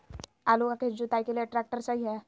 आलू का खेत जुताई के लिए ट्रैक्टर सही है?